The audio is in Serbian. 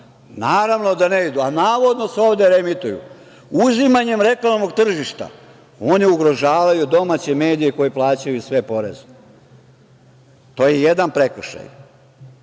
Naravno da ne idu, a navodno se ovde reemituju. Uzimanjem reklamnog tržišta oni ugrožavaju domaće medije koje koje plaćaju sve poreze. To je jedan prekršaj,